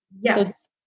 Yes